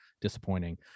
disappointing